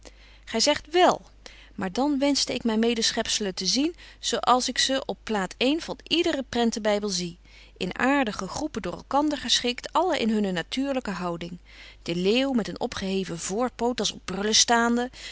gij zegt wèl maar dan wenschte ik mijn medeschepselen te zien zoo als ik ze op plaat i van iederen prentenbijbel zie in aardige groepen door elkander geschikt allen in hunne natuurlijke houding den leeuw met een opgeheven voorpoot als op brullen staande